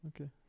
okay